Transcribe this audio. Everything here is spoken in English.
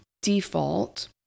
default